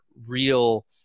real